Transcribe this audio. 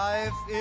Life